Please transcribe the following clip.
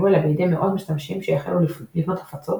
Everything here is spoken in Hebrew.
אלא בידי מאות משתמשים שהחלו לבנות הפצות